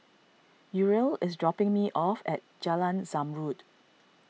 Uriel is dropping me off at Jalan Zamrud